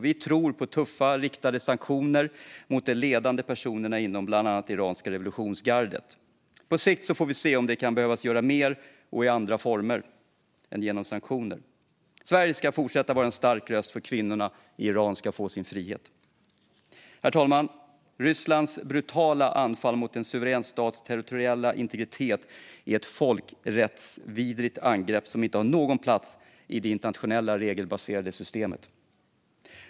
Vi tror på tuffa, riktade sanktioner mot ledande personer inom bland annat det iranska revolutionsgardet. På sikt får vi se om det kan behöva göras mer och i andra former än genom sanktioner. Sverige ska fortsätta vara en stark röst för att kvinnorna i Iran ska få sin frihet. Herr talman! Rysslands brutala anfall mot en suverän stats territoriella integritet är ett folkrättsvidrigt angrepp som inte har någon plats i det internationella regelbaserade systemet.